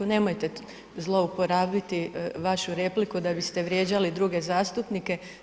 Nemojte zlouporabiti vašu repliku da biste vrijeđali druge zastupnike.